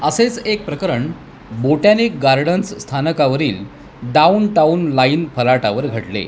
असेच एक प्रकरण बोटॅनिक गार्डन्स स्थानकावरील डाऊनटाऊन लाईन फलाटावर घडले